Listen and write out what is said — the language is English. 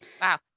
Wow